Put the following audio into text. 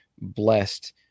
blessed